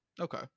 Okay